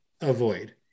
avoid